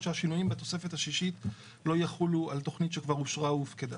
שהשינויים בתוספת השישית לא יחולו על תכנית שכבר אושרה או הופקדה.